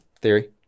theory